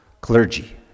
Clergy